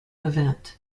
event